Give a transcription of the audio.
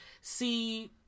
see